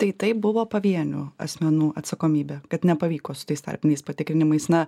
tai tai buvo pavienių asmenų atsakomybė kad nepavyko su tais tarpiniais patikrinimais na